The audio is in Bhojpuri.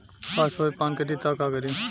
फॉस्फोरस पान करी त का करी?